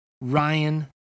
Ryan